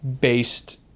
based